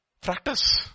practice